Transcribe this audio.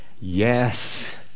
Yes